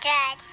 Dad